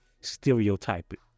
stereotyping